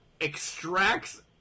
extracts